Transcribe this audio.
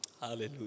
hallelujah